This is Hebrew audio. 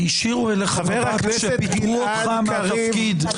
הישירו אליך מבט כשפיטרו אותך מהתפקיד,